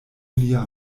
lia